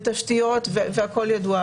תשתיות והכל ידוע.